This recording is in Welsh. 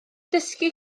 dysgu